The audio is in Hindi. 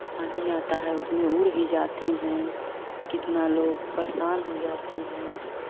अंधी आता है उसमें उड़ भी जाती हैं कितना लोग परेशान हो जाती हैं